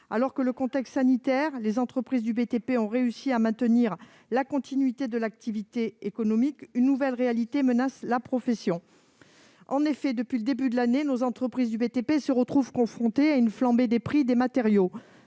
Alors que, dans le contexte sanitaire, les entreprises du BTP ont réussi à maintenir la continuité de l'activité économique, une nouvelle réalité menace la profession. En effet, depuis le début de l'année, nos entreprises du BTP se trouvent confrontées à une flambée des prix des matériaux.